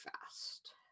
fast